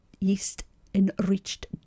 yeast-enriched